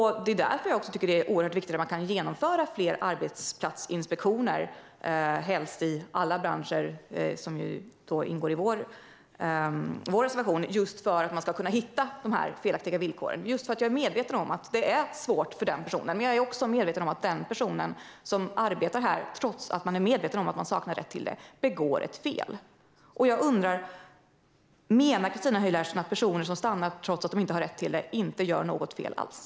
Det är därför som jag tycker att det är viktigt att genomföra fler arbetsplatsinspektioner, helst inom alla branscher - som föreslås i vår reservation - just för att man ska kunna hitta de felaktiga villkoren. Jag är medveten om att det är svårt för den personen, men jag är också medveten om att den person som arbetar här, trots att personen är medveten om att man saknar rätt till det, begår ett fel. Jag undrar: Menar Christina Höj Larsen att personer som stannar trots att de inte har rätt till det inte gör något fel alls?